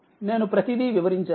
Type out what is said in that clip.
నేనుప్రతీది వివరించాను